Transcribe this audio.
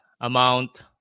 amount